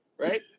right